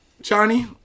Johnny